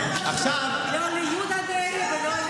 לא ליהודה דרעי ולא,